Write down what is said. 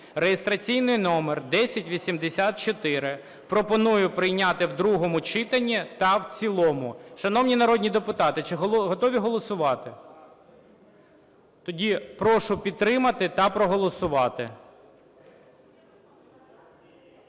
(реєстраційний номер 1084). Пропоную прийняти в другому читанні та в цілому. Шановні народні депутати, чи готові голосувати? Тоді прошу підтримати та проголосувати.